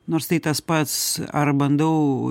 nors tai tas pats ar bandau